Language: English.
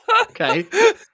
Okay